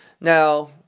now